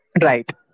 Right